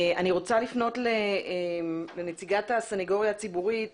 אני רוצה לפנות לנציגות הסנגוריה הציבורית